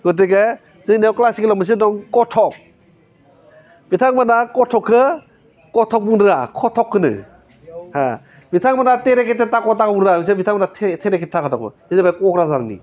गथिखे जोंनियाव क्लासिकेलाव मोनसे दं कठक बिथां मोनहा कठकखौ कठक बुंनो रोङा खठक होनो हो बिथांमोना तेरेगेथाकताखौ बुंनो रोङा बिसोर बिथांमोना थेरेकथाकथा बे जाहैबाय क'क्राझारनि